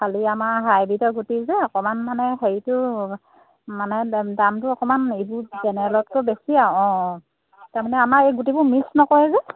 খালি আমাৰ হাইব্ৰিডৰ গুটি যে অকণমান মানে হেৰিটো মানে দামটো অকণমান ইবোৰ জেনেৰেলতকৈ বেছি আৰু অঁ তাৰমানে আমাৰ এই গুটিবোৰ মিক্স নকৰে যে